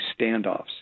standoffs